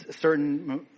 certain